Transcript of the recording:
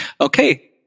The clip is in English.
Okay